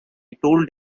told